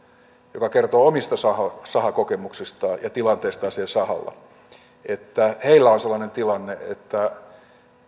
joka kertoi omista sahakokemuksistaan ja tilanteistaan siellä sahalla heillä on on sellainen tilanne että